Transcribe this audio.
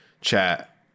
chat